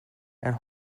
and